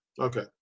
okay